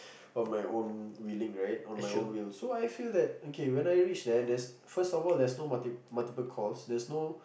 on my own willing right on my own will so I feel that okay when I reach there there's first of all there's no multiple calls theres no